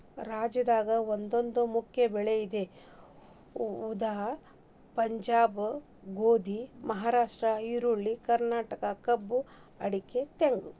ರಾಜ್ಯದ ಒಂದೊಂದು ಮುಖ್ಯ ಬೆಳೆ ಇದೆ ಉದಾ ಪಂಜಾಬ್ ಗೋಧಿ, ಮಹಾರಾಷ್ಟ್ರ ಈರುಳ್ಳಿ, ಕರ್ನಾಟಕ ಕಬ್ಬು ಅಡಿಕೆ ತೆಂಗು